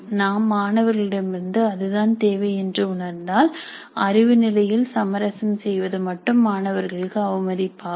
நாம் மாணவர்களிடமிருந்து அது தான் தேவை என்று உணர்ந்தால் அறிவு நிலையில் சமரசம் செய்வது மட்டும் மாணவர்களுக்கு அவமதிப்பாகும்